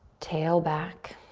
tail back.